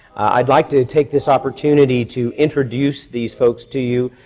i'd like to take this opportunity to introduce these folks to you,